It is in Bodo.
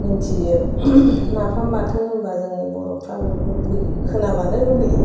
मिन्थियो नाफाम बाथोन होनबा जोंनि बर'फ्रा बयबो लुगैजोबखायो खोनाबानो लुबैयो